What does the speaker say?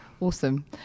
Awesome